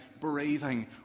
breathing